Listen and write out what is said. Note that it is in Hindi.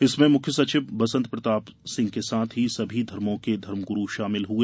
इसमें मुख्य सचिव बसंत प्रताप सिंह के साथ ही सभी धर्मो के धर्मगुरू शामिल हुए